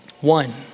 one